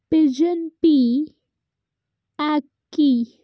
pigeon pea ਆਕੀ